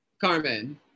Carmen